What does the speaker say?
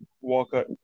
Walker